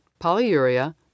polyuria